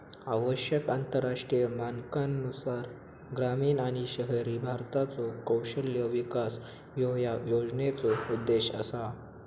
आवश्यक आंतरराष्ट्रीय मानकांनुसार ग्रामीण आणि शहरी भारताचो कौशल्य विकास ह्यो या योजनेचो उद्देश असा